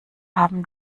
haben